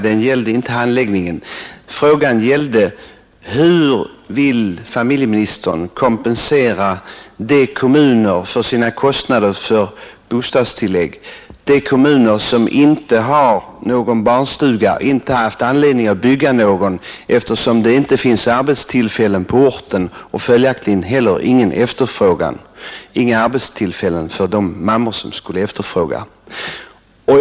Den gällde inte handläggningen utan den löd så: Hur vill familjeministern kompensera de kommuner som inte har någon barnstuga och inte har haft anledning att bygga någon, eftersom det inte finns några arbetstillfällen på orten och följaktligen heller ingen efterfrågan på barnstugor, då det inte finns några arbetstillfällen för de mödrar som skulle efterfråga dem?